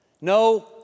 No